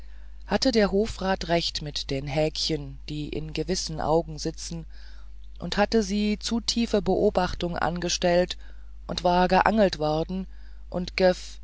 hatte der hofrat recht mit den häkchen die in gewissen augen sitzen und hatte sie zu tiefe beobachtung angestellt und war geangelt worden und